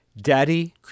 Daddy